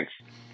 Thanks